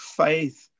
faith